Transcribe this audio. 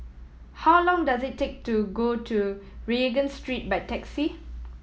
how long does it take to go to Regent Street by taxi